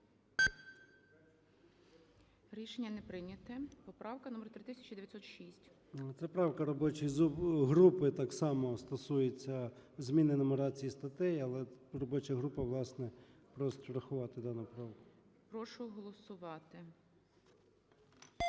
Рішення не прийнято. Поправка номер 3906. ЧЕРНЕНКО О.М. Це правка робочої групи, так само стосується зміни нумерації статей, але робоча група, власне, просить врахувати дану правку. ГОЛОВУЮЧИЙ. Прошу голосувати.